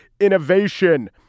Innovation